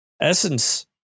essence